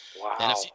Wow